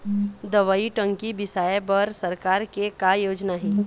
दवई टंकी बिसाए बर सरकार के का योजना हे?